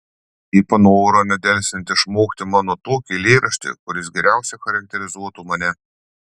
ji panoro nedelsiant išmokti mano tokį eilėraštį kuris geriausiai charakterizuotų mane